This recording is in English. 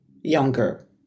younger